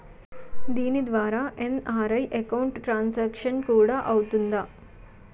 దీని ద్వారా NRI account transaction కూడా అవుతుందా?